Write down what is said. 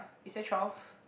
is there twelve